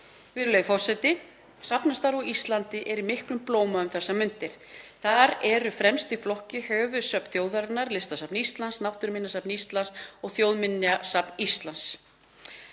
Virðulegur forseti. Safnastarf á Íslandi er í miklum blóma um þessar mundir. Þar eru fremst í flokki höfuðsöfn þjóðarinnar; Listasafn Íslands, Náttúruminjasafn Íslands og Þjóðminjasafn Íslands.